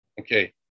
Okay